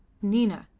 nina,